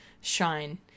shine